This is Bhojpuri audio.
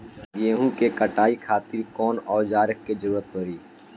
गेहूं के कटाई खातिर कौन औजार के जरूरत परी?